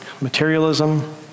materialism